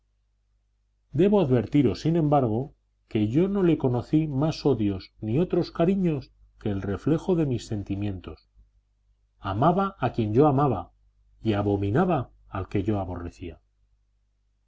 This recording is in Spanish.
debo advertiros sin embargo que yo no le conocí más odios ni otros cariños que el reflejo de mis sentimientos amaba a quien yo amaba y abominaba al que yo aborrecía